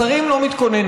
השרים לא מתכוננים.